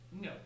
No